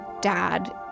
dad